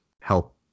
help